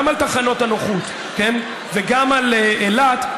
גם על תחנות הנוחות וגם על אילת,